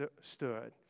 stood